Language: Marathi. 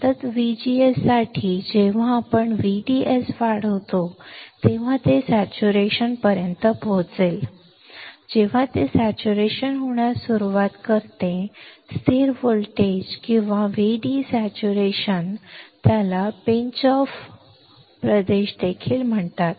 सतत VGS साठी जेव्हा आपण VDS वाढवतो तेव्हा ते सेच्युरेशन संतृप्ति प्रदेश पर्यंत पोहोचेल जेव्हा ते सेच्युरेशन होण्यास सुरुवात करते स्थिर व्होल्टेज किंवा VD saturation त्याला पिंच ऑफ प्रदेश देखील म्हणतात